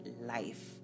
life